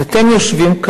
את צודקת,